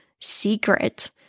secret